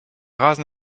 rasen